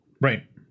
right